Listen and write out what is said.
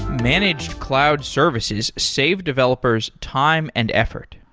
managed cloud services save developers time and effort.